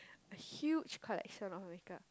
a huge collection of make up